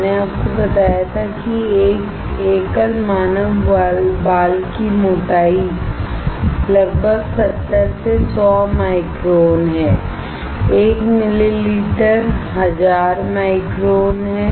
मैंने आपको बताया था कि एक एकल मानव बाल की मोटाई लगभग 70 से 100 माइक्रोन है 1 मिलीमीटर 1000 माइक्रोन है